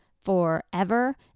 forever